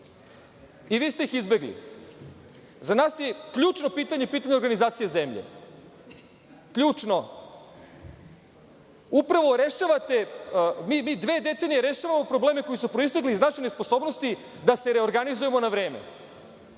i vi ste ih izbegli. Za nas je ključno pitanje, pitanje organizacije zemlje, ključno. Mi dve decenije rešavamo probleme koji su proistekli iz vaše nesposobnosti da se reorganizujemo na vreme,